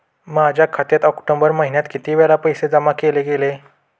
माझ्या खात्यात ऑक्टोबर महिन्यात किती वेळा पैसे जमा केले गेले?